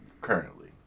currently